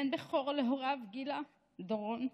בן בכור להוריו גילה ודורון,